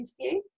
interview